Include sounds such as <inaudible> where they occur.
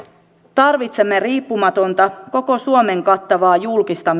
tarvitsemme riippumatonta koko suomen kattavaa julkista <unintelligible>